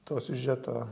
to siužeto